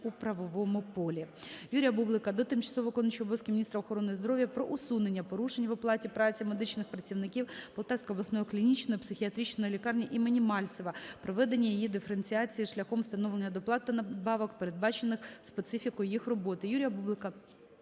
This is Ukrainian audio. у правовому полі.